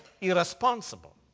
irresponsible